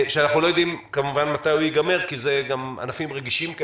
שאנחנו לא יודעים כמובן מתי הוא ייגמר כי אלה ענפים רגישים,